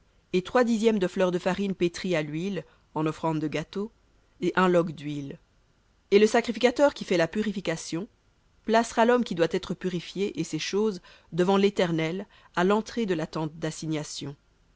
et trois dixièmes de fleur de farine pétrie à l'huile en offrande de gâteau et un log dhuile et le sacrificateur qui fait la purification placera l'homme qui doit être purifié et ces choses devant l'éternel à l'entrée de la tente d'assignation